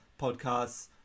podcasts